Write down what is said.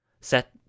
Set